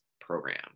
program